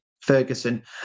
Ferguson